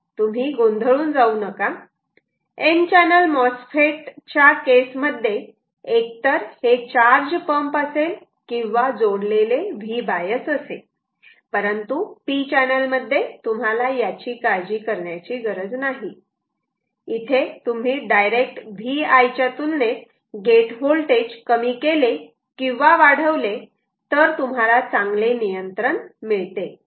तुम्ही गोंधळून जाऊ नका n चॅनल MOSFET च्या केस मध्ये एकतर हे चार्ज पंप असेल किंवा जोडलेले Vbias असेल परंतु p चॅनल मध्ये तुम्हाला याची काळजी करण्याची गरज नाही इथे तुम्ही डायरेक्ट Vi च्या तुलनेत गेट व्होल्टेज कमी केले किंवा वाढवले तर तुम्हाला चांगले नियंत्रण मिळते